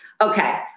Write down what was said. okay